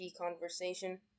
conversation